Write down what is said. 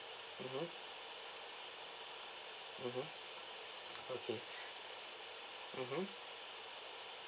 mmhmm mmhmm okay mmhmm